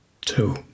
Two